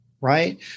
right